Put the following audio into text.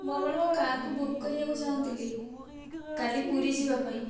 ମୁଁ ଆପଣଙ୍କ କାର୍କୁ ବୁକ୍ କରିବାକୁ ଚାହୁଁଥିଲି କାଲି ପୁରୀ ଯିବା ପାଇଁ